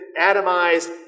atomized